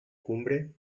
cumbre